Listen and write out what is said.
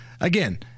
Again